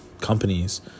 companies